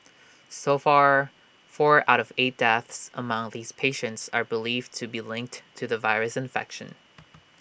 so far four out of eight deaths among these patients are believed to be linked to the virus infection